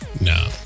no